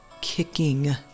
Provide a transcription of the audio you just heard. kicking